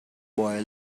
boy